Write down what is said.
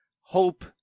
Hope